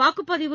வாக்குப்பதிவு